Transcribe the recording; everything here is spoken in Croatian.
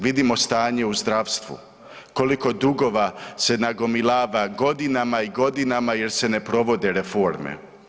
Vidimo stanje u zdravstvu, koliko dugova se nagomilava godinama i godinama jer se ne provode reforme.